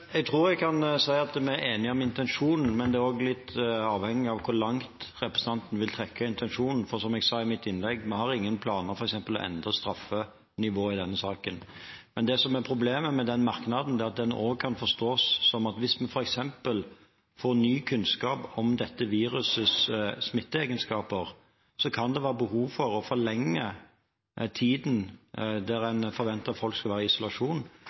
Jeg tror jeg kan si at vi er enige om intensjonen, men det er også litt avhengig av hvor langt representanten Toppe vil trekke intensjonen. For som jeg sa i mitt innlegg, har vi f.eks. ingen planer om å endre straffenivået i denne saken. Det som er problemet med den merknaden, er at den også kan forstås på en annen måte. Hvis vi f.eks. får ny kunnskap om dette virusets smitteegenskaper, kan det være behov for å forlenge tiden der en forventer at folk skal være i isolasjon.